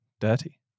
dirty